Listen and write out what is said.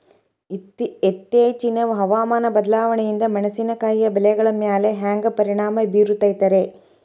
ಇತ್ತೇಚಿನ ಹವಾಮಾನ ಬದಲಾವಣೆಯಿಂದ ಮೆಣಸಿನಕಾಯಿಯ ಬೆಳೆಗಳ ಮ್ಯಾಲೆ ಹ್ಯಾಂಗ ಪರಿಣಾಮ ಬೇರುತ್ತೈತರೇ?